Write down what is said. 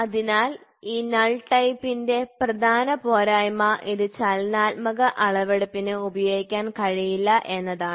അതിനാൽ ഈ നൾ ടൈപ്പിന്റെ പ്രധാന പോരായ്മ ഇത് ചലനാത്മക അളവെടുപ്പിന് ഉപയോഗിക്കാൻ കഴിയില്ല എന്നതാണ്